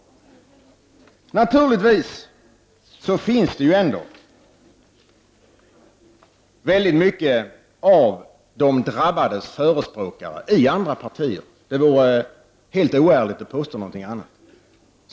Naturligtvis finns det också i andra partier, särskilt inom centern och vpk, många förespråkare för de drabbade. Det vore oärligt att påstå något annat.